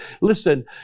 listen